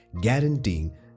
guaranteeing